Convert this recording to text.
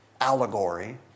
allegory